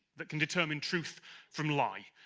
that can determine truth from lie.